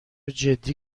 جدی